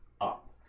up